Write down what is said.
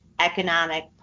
economic